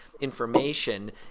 information